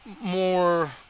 more